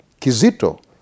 Kizito